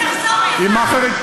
כן, תחזור בך.